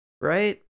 Right